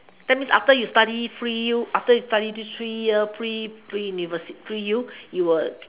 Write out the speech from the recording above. that means after you study pre U after you study this three year pre pre university pre U you will